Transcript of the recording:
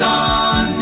on